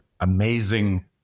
amazing